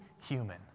human